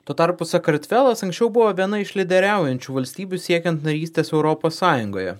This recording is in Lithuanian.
tuo tarpu sakartvelas anksčiau buvo viena iš lyderiaujančių valstybių siekiant narystės europos sąjungoje